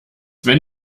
wenn